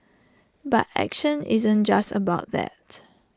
but action isn't just about that